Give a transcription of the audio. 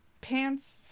pants